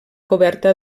coberta